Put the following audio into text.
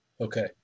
Okay